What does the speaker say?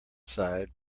side